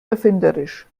erfinderisch